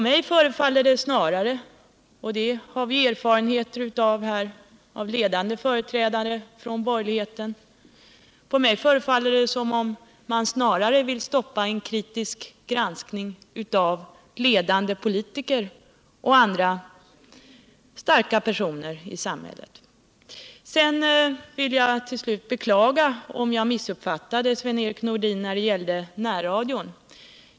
Det förefaller mig snarare — och det har vi erfarenhet av vad gäller ledande företrädare för borgerligheten — som om man vill stoppa en kritisk granskning av ledande politiker och andra personer med makt i samhället. Sedan vill jag till slut beklaga om jag missuppfattade Sven-Erik Nordin när det gäller närradion.